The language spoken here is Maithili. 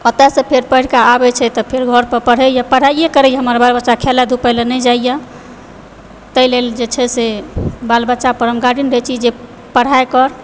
ओतयसँ फेर पढ़िकऽ आबय छै तऽ फेर घर पर पढ़यए पढ़ाइए करयए हमर बच्चा खेलधूप लऽ नहि जाइए ताहि लेल जे छै से बाल बच्चा पर गार्डिंग दय छी जे पढ़ाइ कर